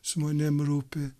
žmonėm rūpi